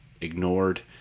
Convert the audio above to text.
ignored